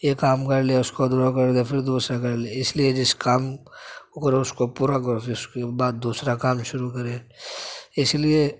یہ کام کر لیا اس کو ادھورا کر دیا پھر دوسرا کر لیا اس لیے جس کام کو کرو اس کو پورا کرو اس کے بعد دوسرا کام شروع کرے اس لئے